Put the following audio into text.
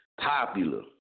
popular